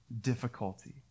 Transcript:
difficulty